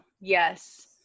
Yes